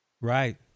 Right